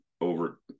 over